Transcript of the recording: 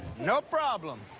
no problem.